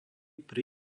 pri